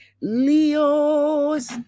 Leo's